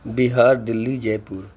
Bihar Delhi Jaipur